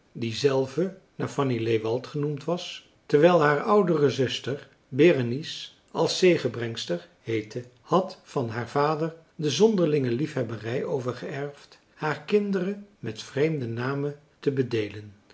die zelve naar fanny lewald genoemd was terwijl haar oudere zuster berenice als zegenbrengster heette had van haar vader de zonderlinge liefhebberij overgeërfd haar kinderen met vreemde namen te bedeelen